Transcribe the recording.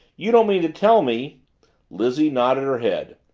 you don't mean to tell me lizzie nodded her head.